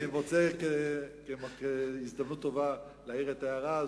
אני מוצא שזו הזדמנות טובה להעיר את ההערה הזאת,